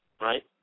right